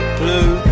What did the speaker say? blue